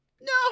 no